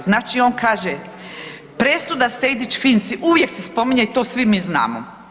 Znači on kaže presuda Sejdić Finci uvijek se spominje i to svi mi znamo.